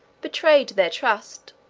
betrayed their trust,